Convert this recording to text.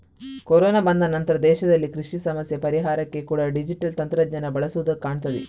corona ಬಂದ ನಂತ್ರ ದೇಶದಲ್ಲಿ ಕೃಷಿ ಸಮಸ್ಯೆ ಪರಿಹಾರಕ್ಕೆ ಕೂಡಾ ಡಿಜಿಟಲ್ ತಂತ್ರಜ್ಞಾನ ಬಳಸುದು ಕಾಣ್ತದೆ